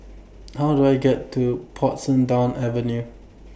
How Do I get to Portsdown Avenue